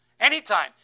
Anytime